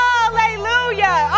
Hallelujah